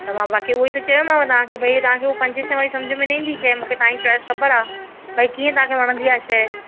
त मां बाक़ी उहो ई त चयोमांव तव्हांखे भाई तव्हां खे उहे पंजे सवें वारी शइ समुझ में न ईंदी मूंखे तव्हां जी चोइस ख़बरु आहे भाई कीअं तव्हां खे वणंदी इहा शइ